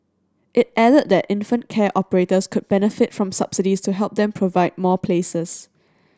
it added that infant care operators could benefit from subsidies to help them provide more places